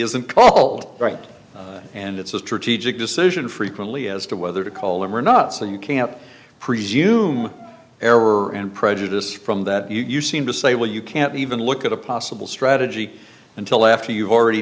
isn't all right and it's a strategic decision frequently as to whether to call them or not so you can't presume error and prejudice from that you seem to say well you can't even look at a possible strategy until after you've already